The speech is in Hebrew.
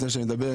לפני שאני מדבר,